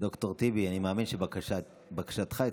מאמין שבקשתך התקבלה.